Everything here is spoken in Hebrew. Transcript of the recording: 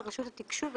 לרשות התקשוב,